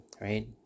right